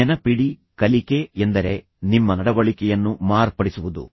ನೆನಪಿಡಿ ಕಲಿಕೆ ಎಂದರೆ ನಿಮ್ಮ ನಡವಳಿಕೆಯನ್ನು ಮಾರ್ಪಡಿಸುವುದು